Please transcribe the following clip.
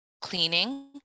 cleaning